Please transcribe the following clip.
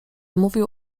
mówił